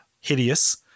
hideous